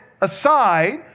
aside